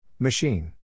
Machine